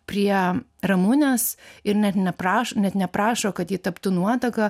prie ramunės ir net neprašo net neprašo kad ji taptų nuotaka